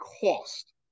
cost